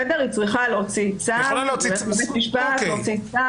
צריכה להוציא צו בבית משפט.